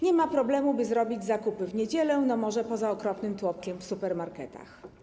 Nie ma problemu, by zrobić zakupy w niedzielę, no może poza okropnym tłokiem w supermarketach.